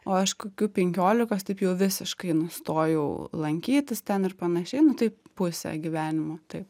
o aš kokių penkiolikos taip jau visiškai nustojau lankytis ten ir panašiai nu tai pusė gyvenimo tai